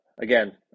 again